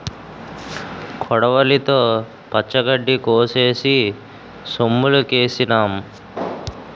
కొడవలితో పచ్చగడ్డి కోసేసి సొమ్ములుకేసినాం